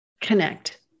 connect